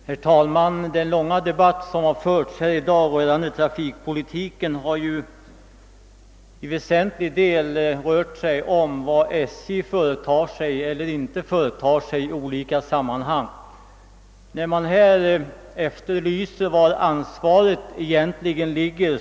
Herr talman! Den långa debatt om trafikpolitiken som förts i dag har ju till väsentlig del gällt vad SJ företar sig eller inte företar sig i olika sammanhang. Man har bl a. efterlyst var ansvaret ligger.